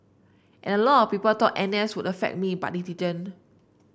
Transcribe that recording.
a lot of people thought N S would affect me but it didn't